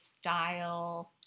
style